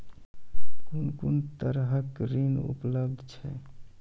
कून कून तरहक ऋण उपलब्ध छै?